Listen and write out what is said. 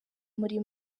muri